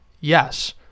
Yes